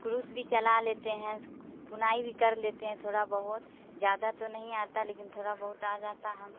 کروس بھی چلا لیتے ہیں بنائی بھی کر لیتے ہیں تھوڑا بہت زیادہ تو نہیں آتا لیکن تھوڑا بہت آ جاتا ہم